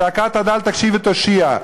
צעקת הדל תקשיב ותושיע".